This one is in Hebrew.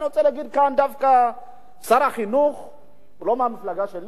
אני רוצה להגיד כאן, שר החינוך הוא לא מהמפלגה שלי